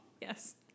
yes